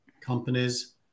companies